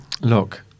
Look